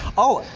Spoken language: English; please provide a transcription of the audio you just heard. oh,